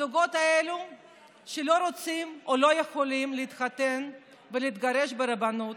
הזוגות האלה שלא רוצים או לא יכולים להתחתן ולהתגרש ברבנות,